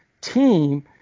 team –